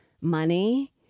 money